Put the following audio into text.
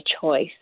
choice